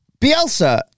Bielsa